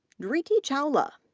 dhriti chawla,